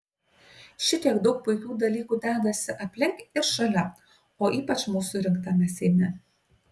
šitiek daug puikių dalykų dedasi aplink ir šalia o ypač mūsų rinktame seime